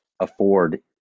afford